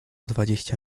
dwadzieścia